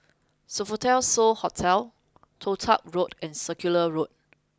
Sofitel So Hotel Toh Tuck Road and Circular Road